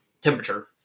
temperature